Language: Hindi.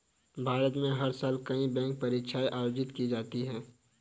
भारत में हर साल कई बैंक परीक्षाएं आयोजित की जाती हैं